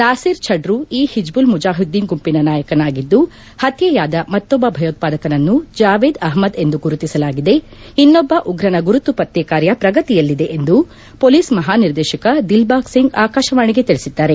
ನಾಸಿರ್ ಛದ್ರೂ ಈ ಹಿಜ್ಬುಲ್ ಮುಜಾಹಿದ್ದೀನ್ ಗುಂಪಿನ ನಾಯಕನಾಗಿದ್ದು ಹತ್ನೆಯಾದ ಮತ್ತೊಬ್ಬ ಭಯೋತ್ಪಾದಕನನ್ನು ಜಾವೇದ್ ಅಹ್ಮದ್ ಎಂದು ಗುರುತಿಸಲಾಗಿದೆ ಇನ್ನೊಬ್ಬ ಭಯೋತ್ಪಾದಕನ ಗುರುತು ಪತ್ತೆ ಕಾರ್ಯ ಪ್ರಗತಿಯಲ್ಲಿದೆ ಎಂದು ಪೊಲೀಸ್ ಮಹಾನಿದೇರ್ಶಕ ದಿಲ್ಬಾಗ್ ಸಿಂಗ್ ಆಕಾಶವಾಣಿಗೆ ತಿಳಿಸಿದ್ದಾರೆ